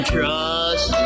Trust